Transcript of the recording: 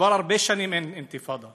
כבר הרבה שנים אין אינתיפאדה,